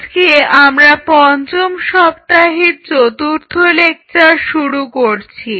আজকে আমরা পঞ্চম সপ্তাহের চতুর্থ লেকচার শুরু করছি